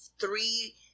three